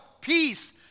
peace